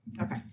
Okay